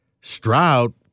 Stroud